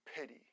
pity